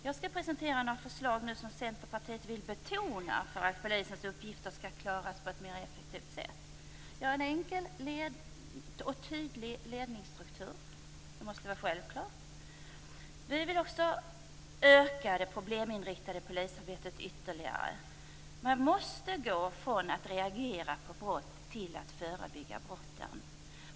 Jag skall presentera några förslag som Centerpartiet vill föra fram för att polisens uppgifter skall klaras på ett mera effektivt sätt. Vi vill ha en enkel och tydlig ledningsstruktur. Det måste vara en självklarhet. Vi vill öka det probleminriktade polisarbetet ytterligare. Man måste gå från att reagera på brott till att förebygga brott.